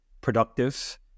productive